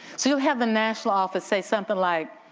so you'll have the national office say something like,